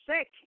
sick